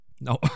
No